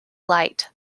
light